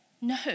No